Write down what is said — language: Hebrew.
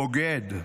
בוגד".